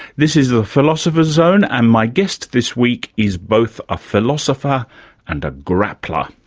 this is the philosopher's zone and my guest this week is both a philosopher and a grappler.